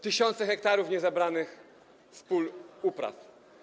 Tysiące hektarów niezebranych z pól upraw.